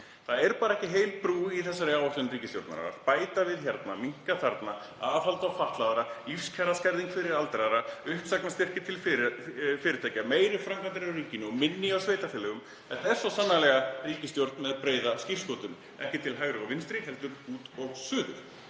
Það er ekki heil brú í þessari áætlun ríkisstjórnarinnar, að bæta við hérna, minnka þarna, aðhald á fatlaða, lífskjaraskerðing fyrir aldraða, uppsagnarstyrkir til fyrirtækja, meiri framkvæmdir hjá ríkinu og minni hjá sveitarfélögum. Þetta er svo sannarlega ríkisstjórn með breiða skírskotun, ekki til hægri og vinstri heldur út og suður.